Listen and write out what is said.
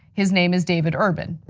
his name is david urban.